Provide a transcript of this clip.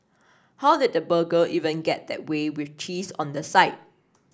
how did the burger even get that way with cheese on the side